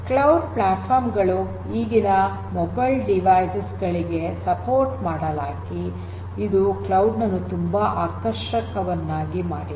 cloud platform ಗಳು ಈಗಿನ mobile devices ಗಳಿಗೆ ಬೆಂಬಲ ಮಾಡಲಾಗಿ ಇದು ಕ್ಲೌಡ್ ನನ್ನು ತುಂಬಾ ಆಕರ್ಷಕವನ್ನಾಗಿ ಮಾಡಿದೆ